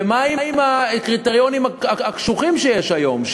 ומה עם הקריטריונים הקשוחים שיש היום,